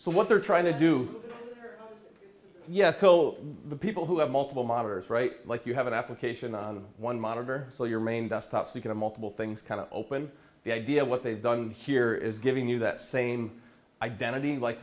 so what they're trying to do yes kill the people who have multiple monitors right like you have an application on one monitor so your main desktop so you can of multiple things kind of open the idea what they've done here is giving you that same identity like